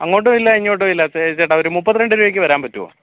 അങ്ങോട്ടും ഇല്ല ഇങ്ങോട്ടും ഇല്ല ചേട്ടാ ഒരു മുപ്പത്തിരണ്ട് രൂപക്ക് വരാൻ പറ്റുമോ